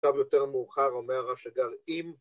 ‫עכשיו, יותר מאוחר, אומר השג"ר "אם..."